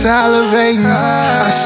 Salivating